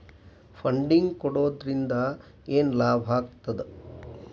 Funding ಕೊಡೊದ್ರಿಂದಾ ಏನ್ ಲಾಭಾಗ್ತದ?